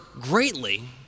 greatly